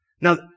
Now